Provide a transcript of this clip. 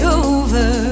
over